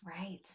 Right